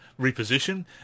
reposition